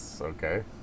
Okay